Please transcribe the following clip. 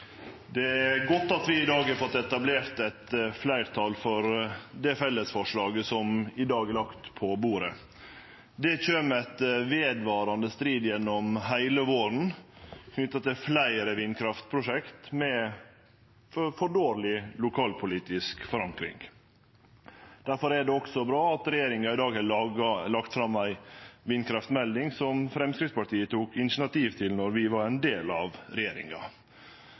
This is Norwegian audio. Det er godt at vi i dag har fått etablert eit fleirtal for det felles forslaget som i dag er lagt på bordet. Det kjem etter vedvarande strid gjennom heile våren knytt til fleire vindkraftprosjekt med for dårleg lokalpolitisk forankring. Difor er det også bra at regjeringa i dag har lagt fram ei vindkraftmelding, som Framstegspartiet tok initiativ til då vi var ein del av regjeringa.